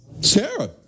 Sarah